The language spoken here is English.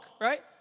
right